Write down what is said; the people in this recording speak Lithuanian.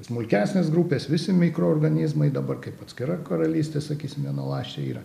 smulkesnės grupės visi mikroorganizmai dabar kaip atskira karalystė sakysim vienaląsčiai yra